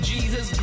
Jesus